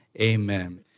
Amen